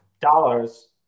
dollars